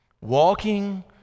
Walking